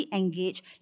engaged